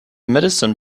medicine